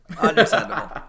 Understandable